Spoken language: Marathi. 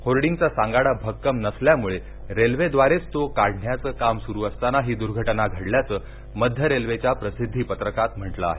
होर्डीगचा सांगाडा भक्कम नसल्यामुळं रेल्वेद्वारेच तो काढण्याचं काम सुरु असताना ही दुर्घटना घडल्याचं मध्य रेल्वेच्या प्रसिद्धी पत्रकात म्हटलं आहे